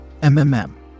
MMM